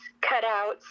cutouts